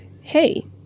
hey